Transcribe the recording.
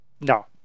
No